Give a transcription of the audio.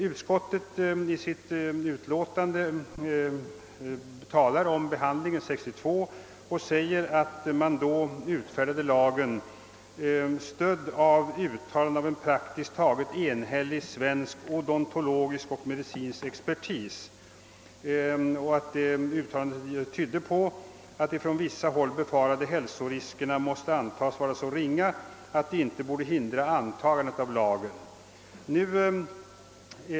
Utskottet talar i sitt utlåtande om behandlingen av ärendet 1962 och säger att man då utfärdade lagen, stödd av uttalanden från en praktiskt taget enhällig svensk odontologisk och medicinsk expertis. Expertuttalandena tydde på att de från vissa håll befarade hälsoriskerna måste antagas vara så ringa att de inte borde hindra antagan det av lagen.